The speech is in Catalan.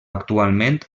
actualment